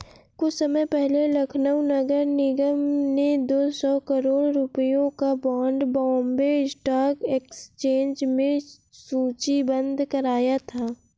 कुछ समय पहले लखनऊ नगर निगम ने दो सौ करोड़ रुपयों का बॉन्ड बॉम्बे स्टॉक एक्सचेंज में सूचीबद्ध कराया था